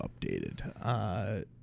updated